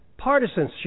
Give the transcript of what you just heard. partisanship